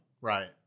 Right